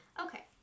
Okay